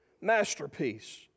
Masterpiece